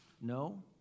No